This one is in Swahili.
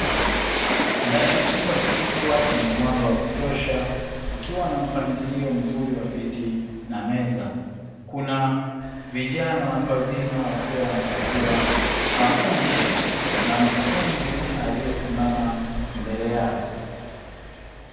Ndani ya chumba kikubwa chenye mwanga wa kutosha kikiwa na mpangilio mzuri wa viti na meza, kuna vijana watu wazima wakiwa wanapatiwa mafunzo na mkufunzi aliyesimama mbele yao.